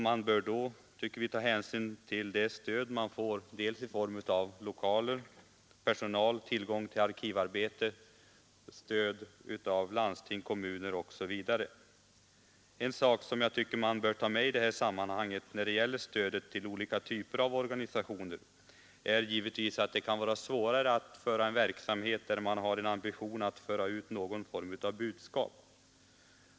Man bör då, tycker vi, ta hänsyn till det stöd de får i form av lokaler, personal och tillgång till arkivarbetare, bidrag av landsting, kommuner osv. En sak som jag anser att man bör ta med i det här sammanhanget, när det gäller stödet till olika typer av organisationer, är givetvis att det kan vara svårare att bedriva en verksamhet där man har en ambition att föra ut någon form av budskap.